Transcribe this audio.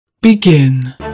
Begin